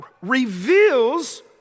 reveals